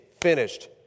finished